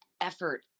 effort